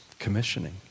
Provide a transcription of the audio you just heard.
commissioning